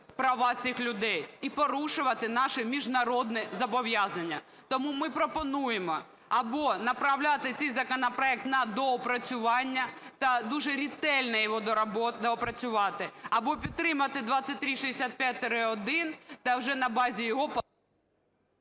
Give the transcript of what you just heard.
права цих людей і порушувати наші міжнародні зобов'язання. Тому ми пропонуємо або направляти цей законопроект на доопрацювання та дуже ретельно його доопрацювати, або підтримати 2365-1 та вже на базі його…